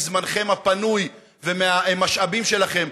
מזמנכן הפנוי ומהמשאבים שלכן,